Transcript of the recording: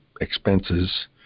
expenses